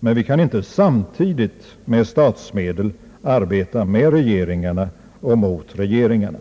Men vi kan inte samtidigt med statsmedel arbeta med regeringarna och mot regeringarna.